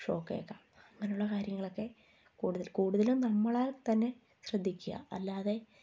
shock ഏൽക്കാം അങ്ങനെയുള്ള കാര്യങ്ങളൊക്കെ കൂടുതൽ കൂടുതലും നമ്മളാൽ തന്നെ ശ്രദ്ധിക്കുക അല്ലാതെ